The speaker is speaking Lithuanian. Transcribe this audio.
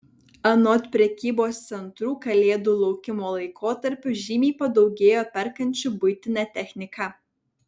anot prekybos centrų kalėdų laukimo laikotarpiu žymiai padaugėjo perkančių buitinę techniką